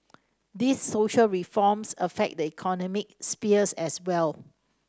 these social reforms affect the economic spheres as well